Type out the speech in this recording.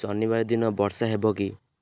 ଶନିବାର ଦିନ ବର୍ଷା ହେବ କି